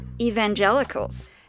evangelicals